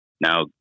Now